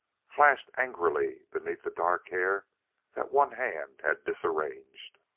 flashed angrily beneath the dark hair that one hand had disarranged.